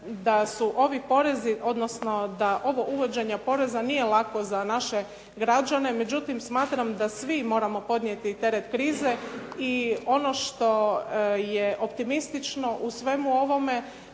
da su ovi porezi, odnosno da ovo uvođenje poreza nije lako za naše građane. Međutim, smatram da svi moramo podnijeti teret krize i ono što je optimistično u svemu ovome